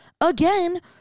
again